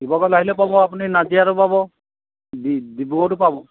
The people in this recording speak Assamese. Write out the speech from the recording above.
শিৱসাগৰলৈ আহিলেও পাব আপুনি নাজিৰাতো পাব ডিব্ৰুগড়তো পাব